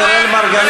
הכנסת אראל מרגלית,